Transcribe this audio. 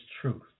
truth